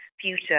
future